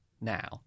now